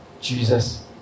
Jesus